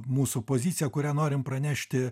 mūsų poziciją kurią norim pranešti